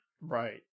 Right